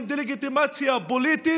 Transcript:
דה-לגיטימציה פוליטית,